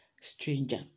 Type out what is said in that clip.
stranger